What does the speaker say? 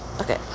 Okay